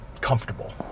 comfortable